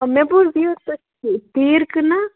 مےٚ بوٗز یہِ تیٖر کٕنان